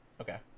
Okay